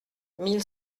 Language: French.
mille